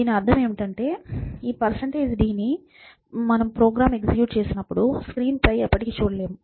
దాని అర్థం ఏమిటంటే మీరు ఈ dని ఈ ప్రోగ్రామ్ని ఎగ్జిక్యూట్ చేసినపుడు స్క్రీన్ పై ఎప్పటికీ చూడలేరు